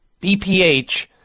BPH